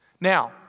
Now